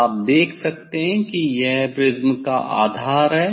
आप देख सकते हैं कि यह प्रिज़्म का आधार है